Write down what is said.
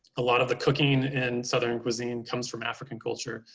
a lot of the cooking in southern cuisine comes from african culture.